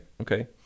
okay